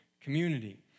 community